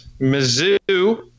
Mizzou